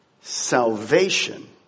salvation